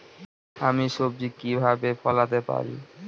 আমি সবজি কিভাবে ফলাতে পারি?